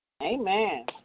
Amen